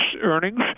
earnings